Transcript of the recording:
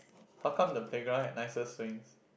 how come the playground had nicer swings